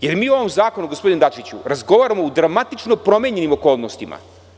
Jer, mi o ovom zakonu, gospodine Dačiću, razgovaramo u dramatično promenjenim okolnostima.